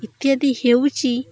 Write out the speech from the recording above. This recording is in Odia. ଇତ୍ୟାଦି ହେଉଛି